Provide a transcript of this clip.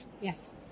Yes